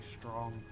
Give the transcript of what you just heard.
strong